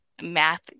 math